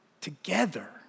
together